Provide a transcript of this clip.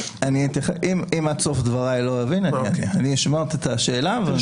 אם עד סוף דבריי לא תבין אני אשמע את השאלה.